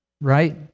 right